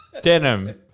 denim